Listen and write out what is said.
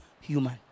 human